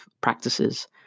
practices